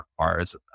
requires